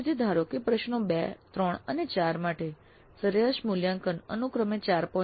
એ જ રીતે ધારો કે પ્રશ્નો 2 3 અને 4 માટે સરેરાશ મૂલ્યાંકન અનુક્રમે 4